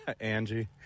Angie